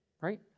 right